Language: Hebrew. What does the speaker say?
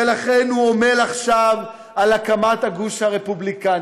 ולכן הוא עמל עכשיו על הקמת הגוש הרפובליקני.